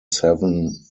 seven